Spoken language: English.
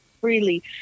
freely